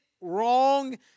wrong